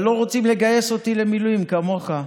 אבל לא רוצים לגייס אותי למילואים, כמוך.